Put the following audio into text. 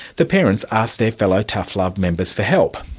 the parents asked their fellow tough love members for help.